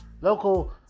Local